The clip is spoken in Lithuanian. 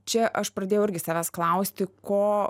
čia aš pradėjau irgi savęs klausti ko